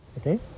Okay